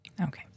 Okay